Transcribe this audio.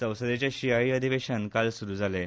संसदेचें शिंयाळें अधिवेशन काल सुरू जालें